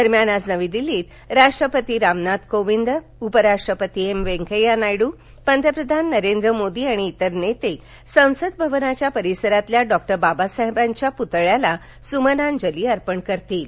दरम्यान आज नविदिल्लीत राष्ट्रपती रामनाथ कोविंद उपराष्ट्रपती एम वेंकय्या नायडू पंतप्रधान नरेंद्र मोदी आणि इतर नेते संसद भवनाच्या परिसरातल्या डॉ बाबासाहेबांच्या पुतळ्याला सुमनांजली अर्पण करतील